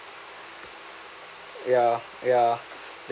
ya ya